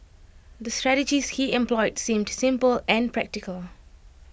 the strategies he employed seemed simple and practical